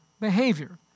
behavior